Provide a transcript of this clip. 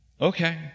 okay